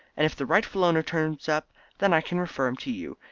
and if the rightful owner turns up then i can refer him to you.